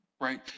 right